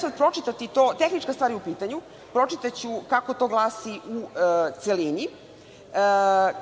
ću pročitati to. Tehnička stvar je u pitanju. Pročitaću kako to glasi celini.